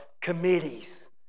committees